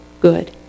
good